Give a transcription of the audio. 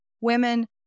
women